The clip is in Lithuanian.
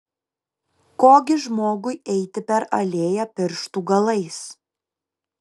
ko gi žmogui eiti per alėją pirštų galais